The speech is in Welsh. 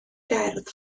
gerdd